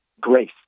grace